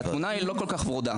-- והתמונה היא לא כל כך ורודה.